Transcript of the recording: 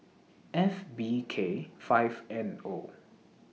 F B K five N O